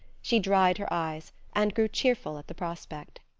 she dried her eyes, and grew cheerful at the prospect.